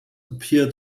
appear